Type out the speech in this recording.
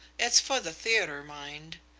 it's for the theatre, mind.